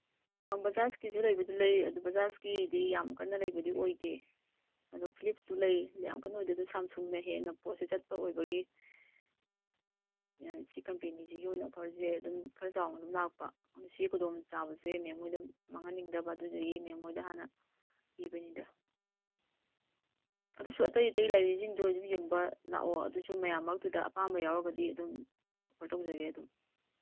ꯕꯖꯥꯖꯀꯤꯁꯨ ꯂꯩꯕꯨꯗꯤ ꯂꯩ ꯑꯗꯨ ꯕꯖꯥꯖꯀꯤꯗꯤ ꯌꯥꯝ ꯀꯟꯅ ꯂꯩꯕꯗꯤ ꯑꯣꯏꯗꯦ ꯑꯗꯨ ꯐꯤꯂꯤꯞꯁꯨ ꯂꯩ ꯌꯥꯝ ꯀꯟ ꯑꯣꯏꯗꯦ ꯑꯗꯨ ꯁꯝꯁꯨꯡꯅ ꯍꯦꯟꯅ ꯄꯣꯠꯁꯦ ꯆꯠꯄ ꯑꯣꯏꯕꯒꯤ ꯁꯤ ꯀꯝꯄꯦꯅꯤꯁꯤꯒꯤ ꯑꯣꯏꯅ ꯑꯣꯐꯔꯁꯦ ꯑꯗꯨꯝ ꯈꯔ ꯆꯥꯎꯅ ꯑꯗꯨꯝ ꯂꯥꯛꯄ ꯁꯤꯒꯤ ꯈꯨꯗꯣꯡ ꯆꯥꯕꯁꯦ ꯃꯦꯝꯍꯣꯏꯗ ꯃꯥꯡꯍꯟꯅꯤꯡꯗꯕ ꯑꯗꯨꯗꯨꯒꯤ ꯃꯦꯝꯍꯣꯏꯗ ꯍꯥꯟꯅ ꯄꯤꯕꯅꯤꯗ ꯑꯗꯨꯁꯨ ꯑꯇꯩ ꯑꯇꯩ ꯂꯩꯔꯤꯁꯤꯡꯗꯣ ꯑꯗꯨꯝ ꯂꯩꯕ ꯂꯥꯛꯑꯣ ꯑꯗꯨꯁꯨ ꯃꯌꯥꯝ ꯃꯔꯛꯇꯨꯗ ꯑꯄꯥꯝꯕ ꯌꯥꯎꯔꯒꯗꯤ ꯑꯗꯨꯝ ꯑꯣꯐꯔ ꯇꯧꯖꯒꯦ ꯑꯗꯨꯝ